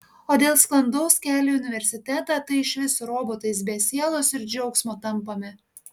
o dėl sklandaus kelio į universitetą tai išvis robotais be sielos ir džiaugsmo tampame